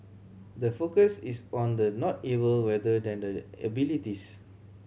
the focus is on the not able rather than the abilities